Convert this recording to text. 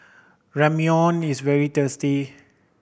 ramyeon is very tasty